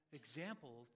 example